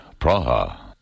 Praha